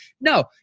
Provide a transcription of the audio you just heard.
No